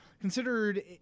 considered